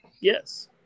Yes